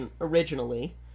originally